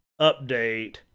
update